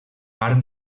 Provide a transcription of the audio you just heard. part